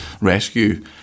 rescue